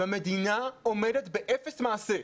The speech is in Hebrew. והמדינה עומדת באפס מעשה.